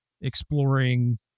exploring